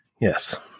Yes